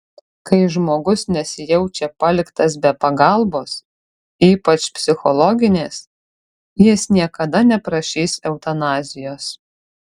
kai žmogus nesijaučia paliktas be pagalbos ypač psichologinės jis niekada neprašys eutanazijos